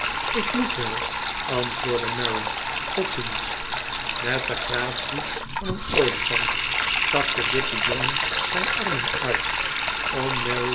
ik moet wel antwoordde mary tot ziens met de gratie van een olifant stak de dikke jongen zijn armen uit om mary